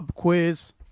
quiz